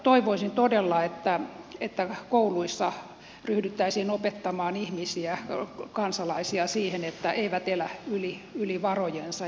toivoisin todella että kouluissa ryhdyttäisiin opettamaan ihmisiä kansalaisia siihen että eivät elä yli varojensa